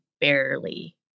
barely